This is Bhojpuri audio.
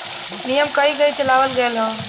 नियम कहीं कही चलावल गएल हौ